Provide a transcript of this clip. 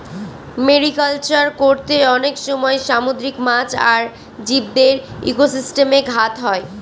mariculture করতে অনেক সময় সামুদ্রিক মাছ আর জীবদের ইকোসিস্টেমে ঘাত হয়